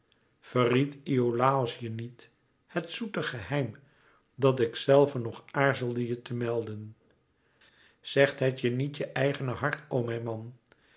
verried iolàos je niet het zoete geheim dat ikzelve nog aarzelde je te melden zegt het je niet je eigene hart o mijn man